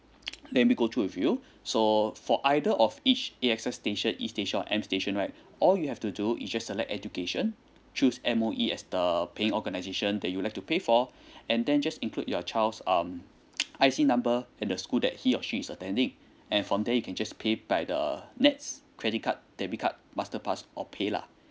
let me go through with you so for either of each A_X_S station E station or M station right all you have to do is just select education choose M_O_E as the paying organisation that you like to pay for and then just include your child's um I_C number in the school that he or she is attending and from there you can just pay by the NETS credit card debit card master pass or pay lah